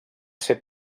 ser